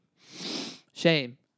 Shame